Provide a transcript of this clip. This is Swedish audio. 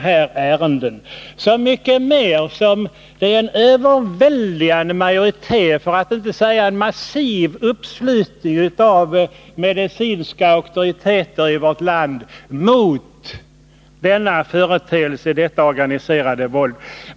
Det gäller så mycket mer som det är en överväldigande majoritet, en massiv uppslutning av medicinska auktoriteter i vårt land mot detta organiserade våld.